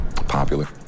Popular